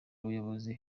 ubuyobozi